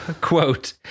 quote